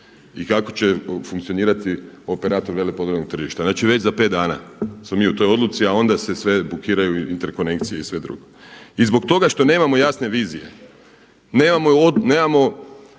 i kako će funkcionirati operator veleprodajnog tržišta. Znači već za pet dana smo mi u toj odluci, a onda se sve bukiraju interkonekcije i sve drugo. I zbog toga što nemamo jasne vizije, nemamo